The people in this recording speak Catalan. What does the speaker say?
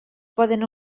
poden